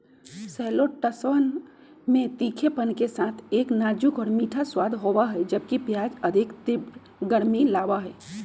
शैलोट्सवन में तीखेपन के साथ एक नाजुक और मीठा स्वाद होबा हई, जबकि प्याज अधिक तीव्र गर्मी लाबा हई